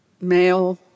male